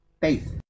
Faith